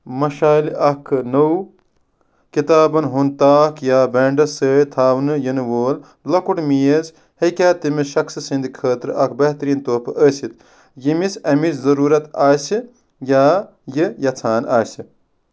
مَشالہ اکھ نوٚو کِتابن ہُنٛد طاق یا بیٚڈس سۭتۍ تھاونہٕ یِنہٕ وول لۄکُٹ میز ہیٚکیاہ تٔمِس شخصہٕ سٕنٛدٕ خٲطرٕ اکھ بہترین تحفہٕ ٲسِتھ ییٚمِس امِچ ضروٗرت آسہِ یا یہِ یژھان آسہِ